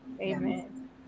amen